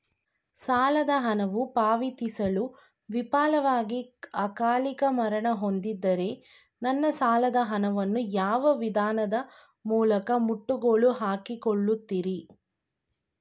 ಸಾಲದ ಹಣವು ಪಾವತಿಸಲು ವಿಫಲವಾಗಿ ಅಕಾಲಿಕ ಮರಣ ಹೊಂದಿದ್ದರೆ ನನ್ನ ಸಾಲದ ಹಣವನ್ನು ಯಾವ ವಿಧಾನದ ಮೂಲಕ ಮುಟ್ಟುಗೋಲು ಹಾಕಿಕೊಳ್ಳುತೀರಿ?